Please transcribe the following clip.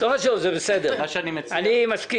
לא חשוב, זה בסדר, אני מסכים.